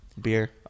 Beer